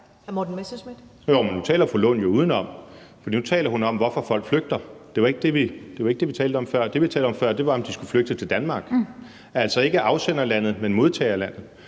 Morten Messerschmidt (DF): Nu taler fru Rosa Lund jo udenom, for nu taler hun om, hvorfor folk flygter. Det var ikke det, vi talte om før. Det, vi talte om før, var, om de skulle flygte til Danmark – altså ikke om afsenderlandet, men om modtagerlandet.